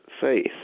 faith